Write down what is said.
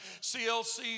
CLC